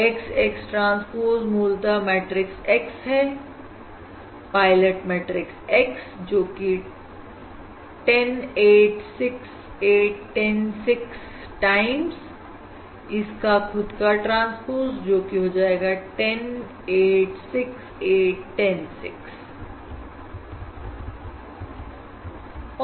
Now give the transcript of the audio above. X X transpose मूलतः matrix X है pilot matrix X जोकि 10 8 6 8 10 6 टाइम इसका खुद का ट्रांसपोज जो की 10 8 6 8 10 6 है